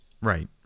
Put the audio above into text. Right